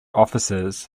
offices